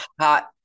Hot